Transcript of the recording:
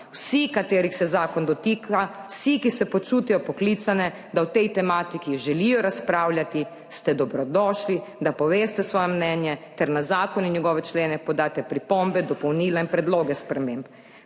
Vsi, katerih se zakon dotika, vsi ki se počutijo poklicane, da o tej tematiki želijo razpravljati, ste dobrodošli, da poveste svoje mnenje ter na zakon in njegove člene podate pripombe, dopolnila in predloge sprememb.